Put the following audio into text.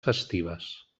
festives